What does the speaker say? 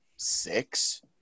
Six